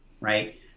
right